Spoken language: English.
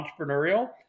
entrepreneurial